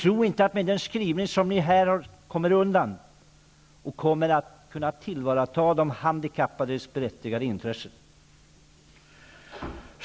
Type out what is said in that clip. Tro inte att ni kommer undan med den här skrivningen och att den tillvaratar de handikappades berättigade intresse.